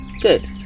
Good